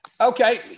Okay